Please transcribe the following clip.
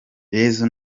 yesu